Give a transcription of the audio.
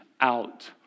out